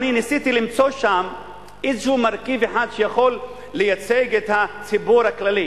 ניסיתי למצוא שם איזשהו מרכיב שיכול לייצג את הציבור הכללי